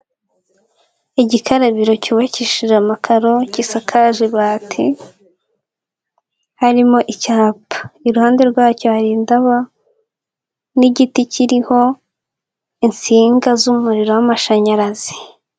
Igikarabiro cyubakishije amakaro, gisakaje ibati, harimo icyapa. Iruhande rwacyo hari indabo n'igiti kiriho insinga z'umuriro w'amashanyarazi.